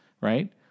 right